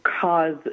cause